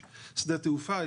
יש שדה תעופה.